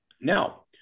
now